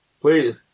Please